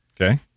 Okay